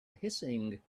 hissing